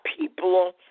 people